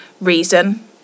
reason